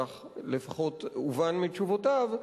כך לפחות הובן מתשובותיו,